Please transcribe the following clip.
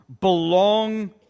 belong